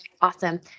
Awesome